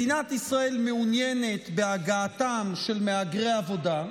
מדינת ישראל מעוניינת בהגעתם של מהגרי עבודה,